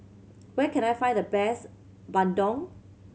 where can I find the best bandung